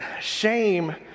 shame